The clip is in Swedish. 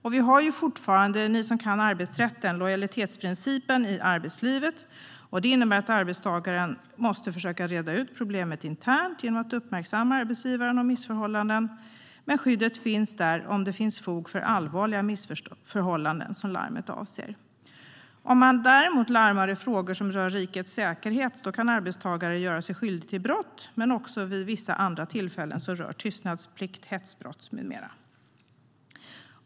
Ni som kan arbetsrätten vet att vi fortfarande har lojalitetsprincipen i arbetslivet, vilket innebär att arbetstagaren måste försöka reda ut problem internt genom att uppmärksamma arbetsgivaren på missförhållanden. Men skyddet finns där om det finns fog för den misstanke om allvarliga missförhållanden som larmet avser. Om arbetstagaren däremot larmar i frågor som rör rikets säkerhet kan denne göra sig skyldig till brott. Det gäller även vid vissa andra tillfällen som rör tystnadsplikt, hetsbrott med mera.